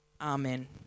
Amen